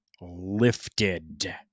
lifted